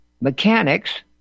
mechanics